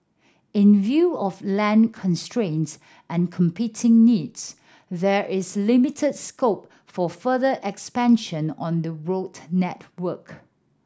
in view of land constraints and competing needs there is limited scope for further expansion on the road network